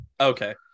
Okay